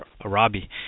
Arabi